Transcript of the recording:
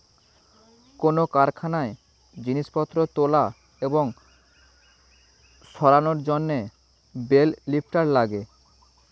কোন কারখানায় জিনিসপত্র তোলা এবং সরানোর জন্যে বেল লিফ্টার লাগে